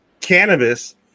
cannabis